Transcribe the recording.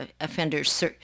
offenders